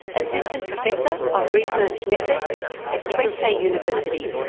assistant professor of research methods at twente university.